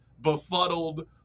befuddled